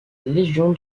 légion